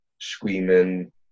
screaming